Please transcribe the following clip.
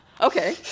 Okay